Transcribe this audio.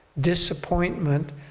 disappointment